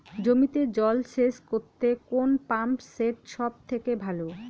জমিতে জল সেচ করতে কোন পাম্প সেট সব থেকে ভালো?